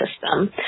system